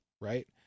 right